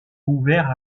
ouvert